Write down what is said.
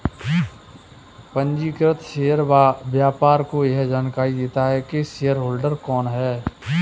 पंजीकृत शेयर व्यापार को यह जानकरी देता है की शेयरहोल्डर कौन है